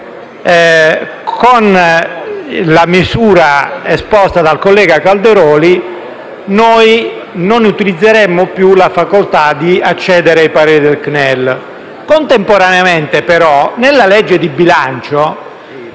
Con la misura esposta dal collega Calderoli, non utilizzeremmo più la facoltà di accedere ai pareri del CNEL; contemporaneamente, però, nella legge di bilancio